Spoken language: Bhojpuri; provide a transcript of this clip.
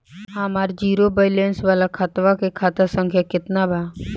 हमार जीरो बैलेंस वाला खतवा के खाता संख्या केतना बा?